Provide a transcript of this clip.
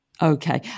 Okay